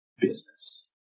business